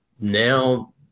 now